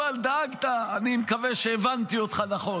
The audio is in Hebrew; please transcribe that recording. אבל דאגת, אני מקווה שהבנתי אותך נכון.